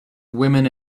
women